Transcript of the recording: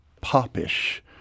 popish